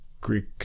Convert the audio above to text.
Greek